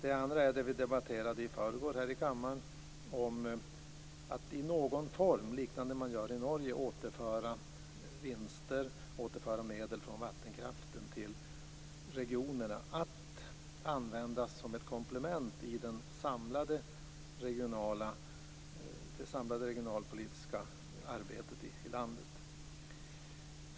En annan sak är det vi debatterade i förrgår här i kammaren, dvs. att i någon form, på liknande sätt som man gör i Norge, återföra vinster och medel från vattenkraften till regionerna att användas som ett komplement i det samlade regionalpolitiska arbetet i landet.